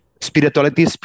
spirituality